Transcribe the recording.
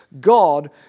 God